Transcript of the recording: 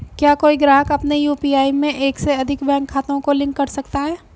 क्या कोई ग्राहक अपने यू.पी.आई में एक से अधिक बैंक खातों को लिंक कर सकता है?